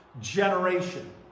generation